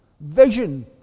vision